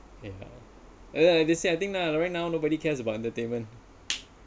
okay lah yeah this year I think lah right now nobody cares about entertainment